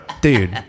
dude